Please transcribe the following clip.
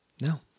No